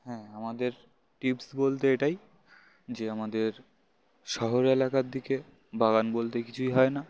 হ্যাঁ আমাদের টিপস বলতে এটাই যে আমাদের শহর এলাকার দিকে বাগান বলতে কিছুই হয় না